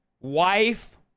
wife